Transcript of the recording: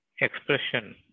expression